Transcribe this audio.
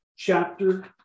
chapter